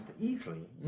easily